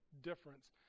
difference